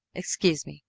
excuse me,